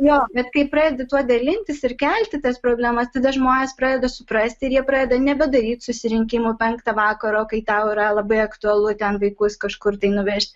jo bet kai pradedi tuo dalintis ir kelti tas problemas tada žmonės pradeda suprasti ir jie pradeda nebedaryt susirinkimų penktą vakaro kai tau yra labai aktualu ten vaikus kažkur tai nuvežti